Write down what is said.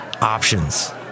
options